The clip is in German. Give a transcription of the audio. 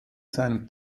seinem